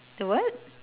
the what